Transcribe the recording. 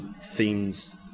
themes